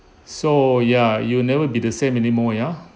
so ya you will never be the same anymore ya